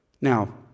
Now